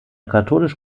katholisch